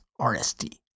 RSD